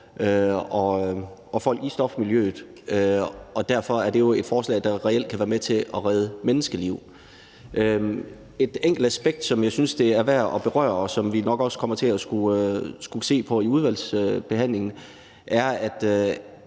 og folk i stofmiljøet. Derfor er det jo et forslag, der reelt kan være med til at redde menneskeliv. Et enkelt aspekt, som jeg synes er værd at berøre, og som vi nok også kommer til at skulle se på i udvalgsbehandlingen, er, at